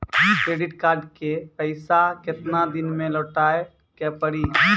Credit card के पैसा केतना दिन मे लौटाए के पड़ी?